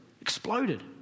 exploded